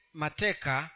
mateka